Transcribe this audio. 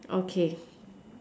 okay